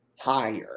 higher